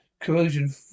Corrosion